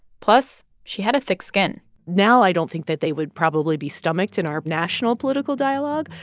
plus, she had a thick skin now i don't think that they would probably be stomached in our national political dialogue,